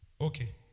Okay